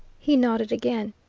he nodded again.